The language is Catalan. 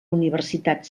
universitat